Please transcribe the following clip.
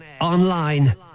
online